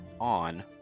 on